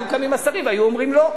היו קמים השרים והיו אומרים: לא.